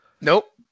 Nope